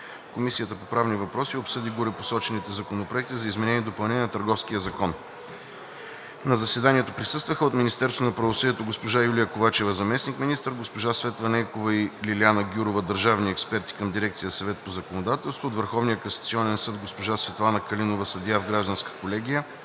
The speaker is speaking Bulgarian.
Комисията по правни въпроси обсъди горепосочените законопроекти за изменение и допълнение на Търговския закон. На заседанието присъстваха: от Министерството на правосъдието госпожа Юлия Ковачева – заместник-министър, госпожа Светла Стойкова и госпожа Лиляна Гюрова – държавни експерти към дирекция „Съвет по законодателство“; от Върховния касационен съд – госпожа Светлана Калинова – съдия в Гражданската колегия,